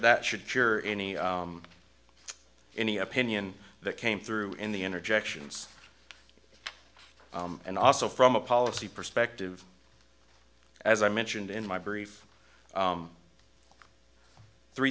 that should cure any any opinion that came through in the energy actions and also from a policy perspective as i mentioned in my brief three